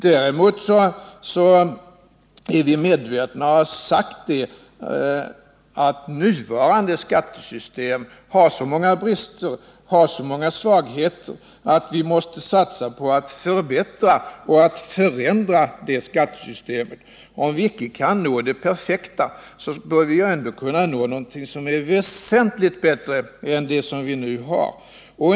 Däremot är vi medvetna om, vilket vi också har sagt, att nuvarande skattesystem har så många brister och svårigheter att vi måste satsa på att förbättra och förändra detta skattesystem. Om vi inte kan uppnå det perfekta systemet, så bör vi ändå kunna uppnå någonting som är väsentligt bättre än det vi nu har.